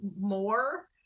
more